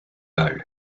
bow